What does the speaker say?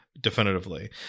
Definitively